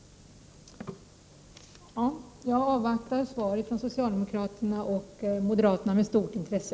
Jag avvaktar således socialdemokraternas och moderaternas svar med stort intresse.